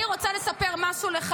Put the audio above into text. אני רוצה לספר לך משהו,